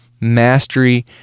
mastery